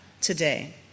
today